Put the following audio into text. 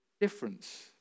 difference